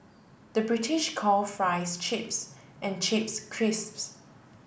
the British call fries chips and chips crisps